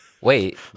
Wait